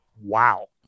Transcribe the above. wow